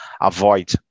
avoid